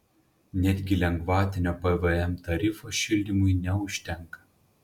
netgi lengvatinio pvm tarifo šildymui neužtenka